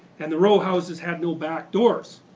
and the row houses had no back doors.